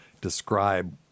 describe